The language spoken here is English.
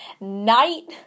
night